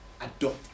adopt